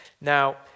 Now